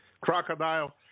crocodile